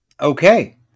Okay